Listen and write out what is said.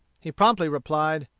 he promptly replied,